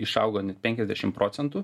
išaugo net penkiasdešim procentų